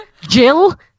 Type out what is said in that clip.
Jill